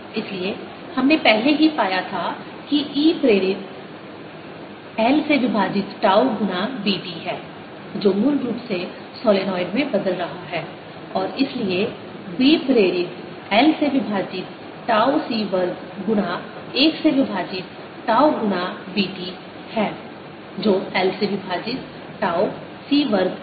इसलिए हमने पहले ही पाया था कि E प्रेरित l से विभाजित टाउ गुना B t है जो मूल रूप से सोलेनोइड में बदल रहा है और इसलिए B प्रेरित l से विभाजित टाउ C वर्ग गुना l से विभाजित टाउ गुना B t है जो l से विभाजित टाउ C वर्ग गुना B t है